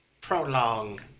prolong